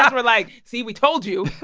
um were like, see we told you,